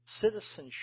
citizenship